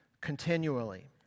continually